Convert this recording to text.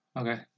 okay